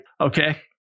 Okay